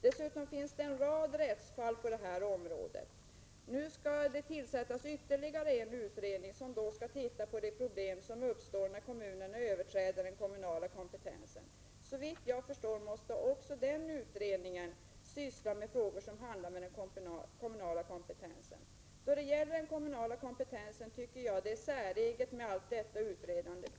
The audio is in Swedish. Därutöver finns en rad rättsfall på detta område. Nu skall det tillsättas ytterligare en utredning, som skall se över de problem som uppstår när kommunerna överträder den kommunala kompetensen. Såvitt jag förstår måste också den utredningen syssla med frågor som handlar om den kommunala kompetensen. Jag tycker att det är säreget med allt detta utredande om den kommunala kompetensen.